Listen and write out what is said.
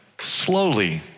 Slowly